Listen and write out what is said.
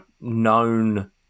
known